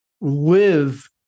live